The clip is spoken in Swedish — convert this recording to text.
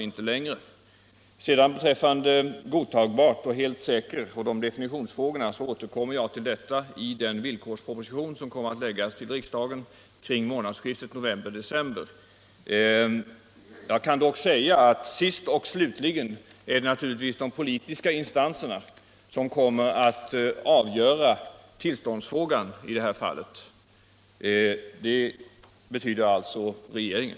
Definitionen av begreppen ”godtagbart” och ”helt säker” återkommer jag till i den villkorsproposition som kommer att föreläggas riksdagen kring månadsskiftet november-december. Sist och slutligen är det naturligtvis de politiska instanserna som kommer att avgöra tillståndsfrågorna beträffande kärnkraften —- med andra ord regeringen.